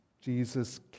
Jesus